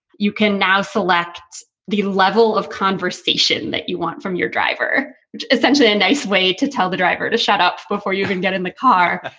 you can now select the level of conversation that you want from your driver, which is essentially a nice way to tell the driver to shut up before you can get in the car.